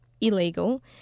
illegal